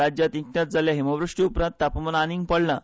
राज्यांत हालींच जाल्ल्या हिमव्रश्टी उपरांत तापमान आनीक पडलां